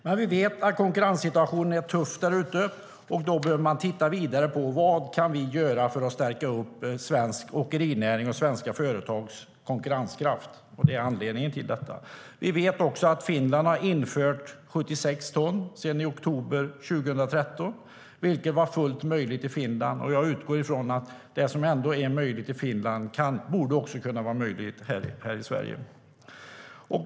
Men vi vet att konkurrenssituationen är tuff, och därför behöver man titta vidare på vad vi kan göra för att stärka svensk åkerinäring och svenska företags konkurrenskraft. Det är anledningen till att denna fråga tas upp. Det är även så att Finland har infört 76 ton sedan oktober 2013. Jag utgår från att det som visat sig fullt möjligt i Finland också borde kunna vara möjligt här i Sverige.